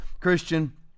Christian